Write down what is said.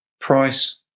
Price